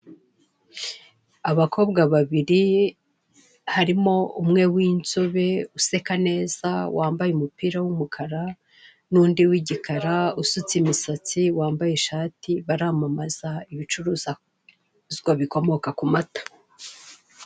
Abakobwa babiri harimo umwe w'inzobe useka neza wambaye umupira w'umukara nundi w'igikara usutse imisatsi wambaye ishati baramamaza ibicuruzwa bikomoka kumata.